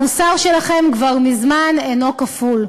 המוסר שלכם כבר מזמן אינו כפול,